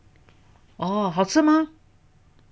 哦好吃吗